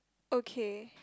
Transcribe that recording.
okay